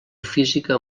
física